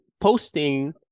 posting